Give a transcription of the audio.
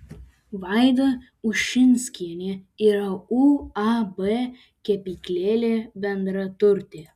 vaida ušinskienė yra uab kepyklėlė bendraturtė